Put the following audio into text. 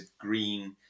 green